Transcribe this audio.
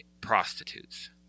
prostitutes